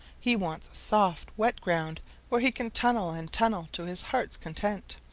he wants soft, wet ground where he can tunnel and tunnel to his heart's content.